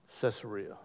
Caesarea